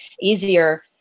easier